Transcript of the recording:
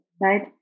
right